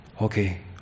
Okay